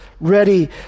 ready